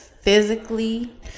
Physically